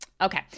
Okay